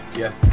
yes